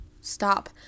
stop